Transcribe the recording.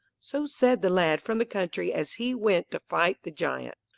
so said the lad from the country as he went to fight the giant.